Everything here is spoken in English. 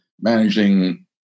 managing